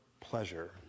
pleasure